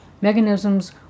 mechanisms